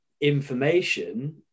information